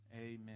amen